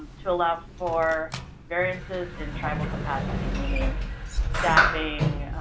to allow for variances in tribal capacity, meaning staffing,